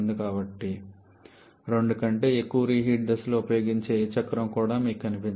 కాబట్టి రెండు కంటే ఎక్కువ రీహీట్ దశలను ఉపయోగించే ఏ చక్రం కూడా మీకు కనిపించదు